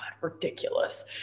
ridiculous